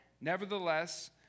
Nevertheless